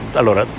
allora